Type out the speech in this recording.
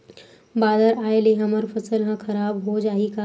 बादर आय ले हमर फसल ह खराब हो जाहि का?